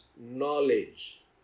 knowledge